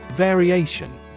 Variation